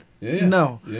no